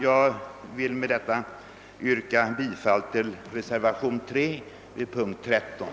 Jag vill med dessa ord yrka bifall till reservationen 3 vid punkten 13.